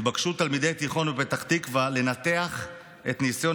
התבקשו תלמידי תיכון בפתח תקווה לנתח את ניסיון